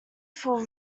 feel